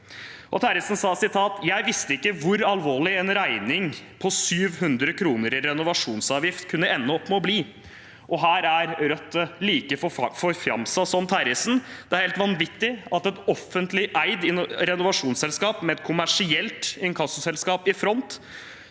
Terjesen sa: «Jeg visste ikke hvor alvorlig en regning på syv hundre kroner i renovasjonsavgift kunne ende opp med å bli.» Her er Rødt like forfjamset som Terjesen. Det er helt vanvittig at et offentlig eid renovasjonsselskap med et kommersielt inkassoselskap i front